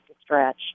stretch